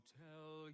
tell